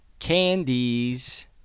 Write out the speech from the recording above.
candies